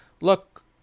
Look